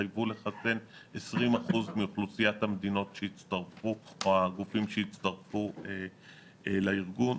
התחייבו לחסן 20% מאוכלוסיית הגופים שהצטרפו לארגון.